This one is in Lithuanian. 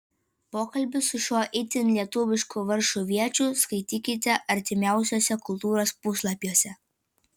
pokalbį su šiuo itin lietuvišku varšuviečiu skaitykite artimiausiuose kultūros puslapiuose